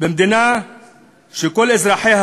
והמדינה שכל אזרחיה